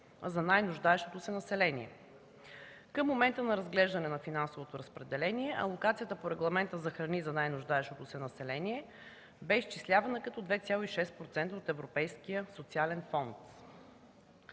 за най-нуждаещото се население. Към момента на разглеждане на финансовото разпределение алокацията по Регламента за храни за най-нуждаещото се население бе изчислявана като 2,6% от Европейския социален фонд.